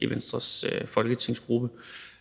i Venstres folketingsgruppe.